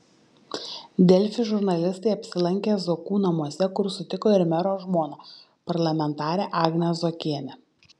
delfi žurnalistai apsilankė zuokų namuose kur sutiko ir mero žmoną parlamentarę agnę zuokienę